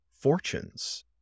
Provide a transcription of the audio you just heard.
fortunes